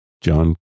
John